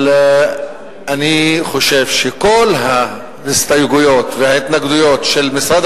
אבל אני חושב שכל ההסתייגויות וההתנגדויות של משרד